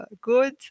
good